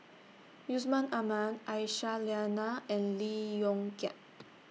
Yusman Aman Aisyah Lyana and Lee Yong Kiat